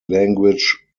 language